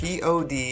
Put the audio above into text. POD